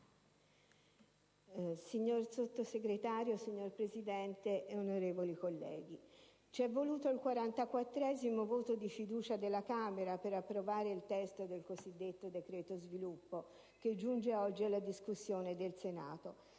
signor Sottosegretario, onorevoli colleghi, ci è voluto il quarantaquattresimo voto di fiducia della Camera per approvare il testo del decreto sviluppo, che giunge oggi alla discussione del Senato.